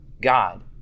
God